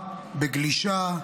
בגלישה,